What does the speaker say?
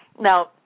now